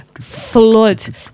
flood